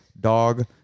dog